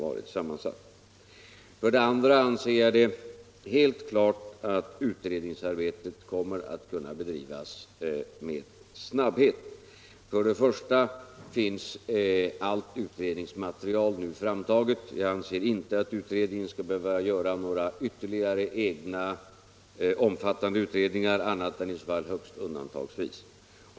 Jag anser det vidare helt klart att utredningsarbetet kommer att kunna bedrivas med snabbhet. För det första finns allt utredningsmaterial nu framtaget — jag anser inte att utredningen skall behöva göra några egna omfattande utredningar annat än i så fall undantagsvis.